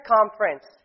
Conference